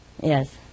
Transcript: Yes